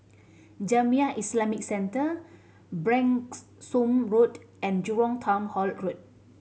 Jamiyah Islamic Centre Branksome Road and Jurong Town Hall Road